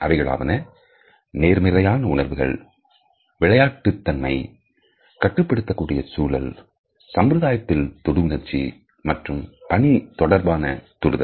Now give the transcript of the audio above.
அவைகளாவன நேர்மறையான உணர்வுகள் விளையாட்டுத் தன்மை கட்டுப்படுத்தக்கூடிய சூழல் சம்பிரதாயத்தில் தொடு உணர்ச்சி மற்றும் பணி தொடர்பான தொடுதல்